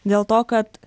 dėl to kad